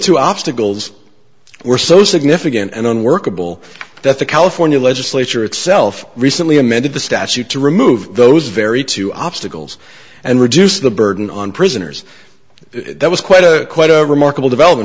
two obstacles were so significant and unworkable that the california legislature itself recently amended the statute to remove those very two obstacles and reduce the burden on prisoners there was quite a remarkable develop